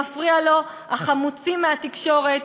מפריעים לו החמוצים מהתקשורת,